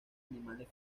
animales